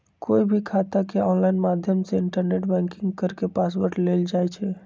कोई भी खाता के ऑनलाइन माध्यम से इन्टरनेट बैंकिंग करके पासवर्ड लेल जाई छई